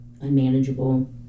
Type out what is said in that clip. unmanageable